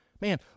Man